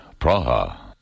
Praha